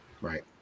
right